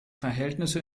verhältnisse